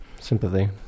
sympathy